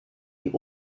die